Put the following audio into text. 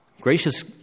Gracious